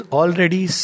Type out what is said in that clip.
already